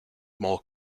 more